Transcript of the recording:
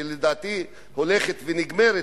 שלדעתי הולכת ונגמרת,